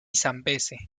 zambeze